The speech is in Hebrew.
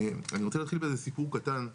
אני רוצה להתחיל באיזה סיפור קטן,